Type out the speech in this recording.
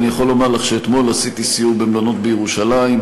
אני יכול לומר לך שאתמול עשיתי סיור במלונות בירושלים.